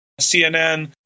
CNN